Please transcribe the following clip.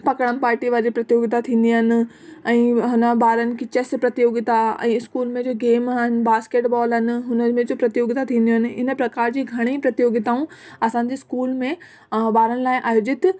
पकड़म पार्टी वारी प्रतियोगिता थींदियूं आहिनि ऐं हुन ॿारनि खे चेस प्रतियोगिता ऐं स्कूल में जो गेम आहिनि बास्केट बॉल आहिनि हुनमें जो प्रतियोगिता थींदियूं आहिनि इन प्रकार जी घणेई प्रतियोगितायूं असांजे स्कूल में ॿारनि लाइ आयोजित